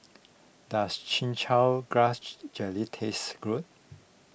does Chin Chow Grass Jelly taste good